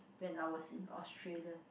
when I was in Australia